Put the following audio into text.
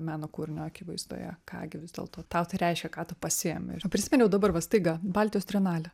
meno kūrinio akivaizdoje ką gi vis dėlto tau tai reiškia ką tu pasiėmei prisiminiau dabar va staiga baltijos trienalė